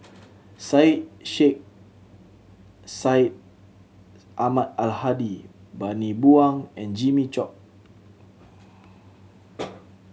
Syed Sheikh Syed Ahmad Al Hadi Bani Buang and Jimmy Chok